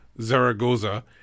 Zaragoza